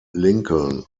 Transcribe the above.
lincoln